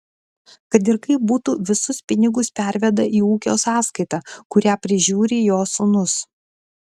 kad ir kaip būtų visus pinigus perveda į ūkio sąskaitą kurią prižiūri jo sūnus